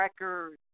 records